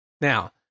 Now